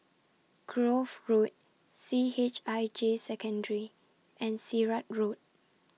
Grove Road C H I J Secondary and Sirat Road